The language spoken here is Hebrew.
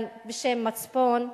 מצפון,